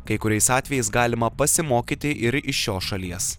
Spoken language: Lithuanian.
kai kuriais atvejais galima pasimokyti ir iš šios šalies